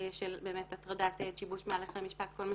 של הטרדת עד, שיבוש מהלכי משפט, כל מה